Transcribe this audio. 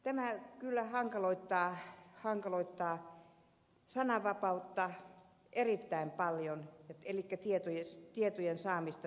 tämä kyllä hankaloittaa sananvapautta erittäin paljon elikkä tietojen saamista